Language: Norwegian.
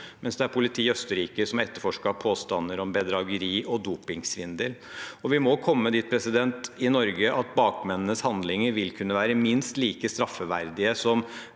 mens det er politiet i Østerrike som etterforsket påstander om bedrageri og dopingsvindel. Vi må komme dit i Norge at bakmennenes handlinger vil kunne være minst like straffbare som